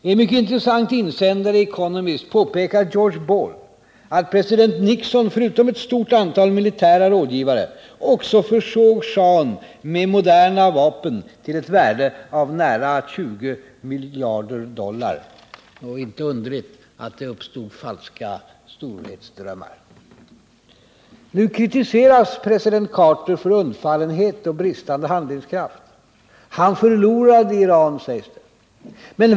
I en mycket intressant insändare i Economist, påpekar George Ball att president Nixon förutom ett stort antal militära rådgivare också försåg schahen med moderna vapen till ett värde av nära 20 miljarder dollar. Inte underligt att det uppstod falska storhetsdrömmar! Nu kritiseras president Carter för undfallenhet och bristande handlingskraft. Han ”förlorade” Iran.